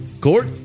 Court